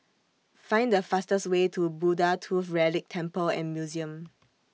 Find The fastest Way to Buddha Tooth Relic Temple and Museum